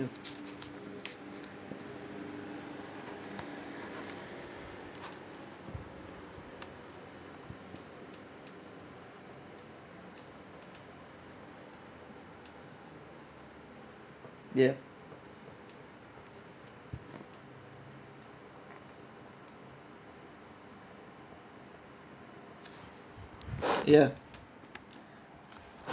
ya ya